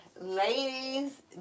ladies